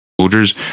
soldiers